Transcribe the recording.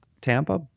Tampa